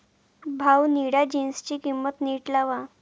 भाऊ, निळ्या जीन्सची किंमत नीट लावा